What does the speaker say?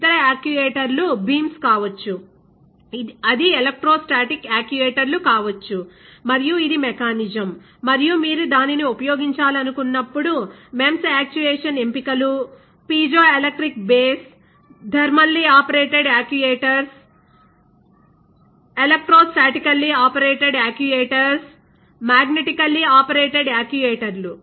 ఇతర యాక్యుయేటర్లు బీమ్స్ కావచ్చు అది ఎలెక్ట్రోస్టాటిక్ యాక్యుయేటర్లు కావచ్చు మరియు ఇది మెకానిజం మరియు మీరు దానిని ఉపయోగించాలనుకున్నప్పుడు MEMS యాక్చుయేషన్ ఎంపికలు piezoelectric base MEMS thermally operated actuators electrostatically operated actuators magnetically operated యాక్యుయేటర్లు